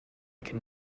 can